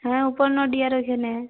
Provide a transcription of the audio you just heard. হ্যাঁ উপনডীয়ার ঐখানে